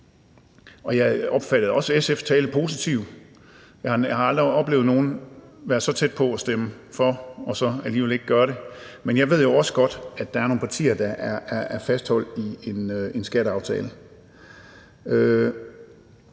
jeg opfattede også SF's tale som positiv; jeg har aldrig oplevet nogen være så tæt på at stemme for, men så alligevel ikke gøre det. Men jeg ved jo også godt, at der er nogle partier, som er fastholdt i en skatteaftale.